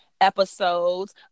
episodes